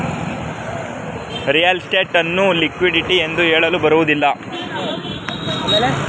real estate ಅನ್ನು liquidity ಎಂದು ಹೇಳಲು ಬರುವುದಿಲ್ಲ